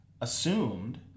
assumed